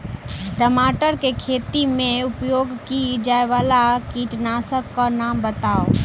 टमाटर केँ खेती मे उपयोग की जायवला कीटनासक कऽ नाम बताऊ?